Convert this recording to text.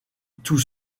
tous